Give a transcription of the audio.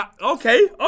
Okay